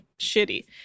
shitty